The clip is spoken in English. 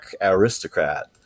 aristocrat